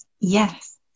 Yes